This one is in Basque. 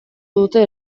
dute